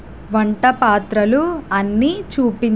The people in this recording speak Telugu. వంటపాత్రలు అన్ని చూపించు